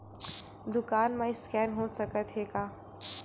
दुकान मा स्कैन हो सकत हे का?